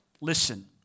listen